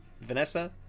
Vanessa